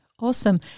Awesome